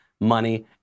money